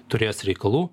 turės reikalų